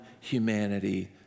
humanity